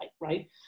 right